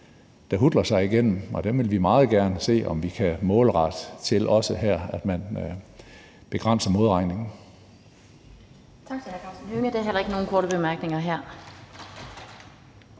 der hutler sig igennem, og dem vil vi meget gerne se om vi kan målrette det til, også her, altså at man begrænser modregninger.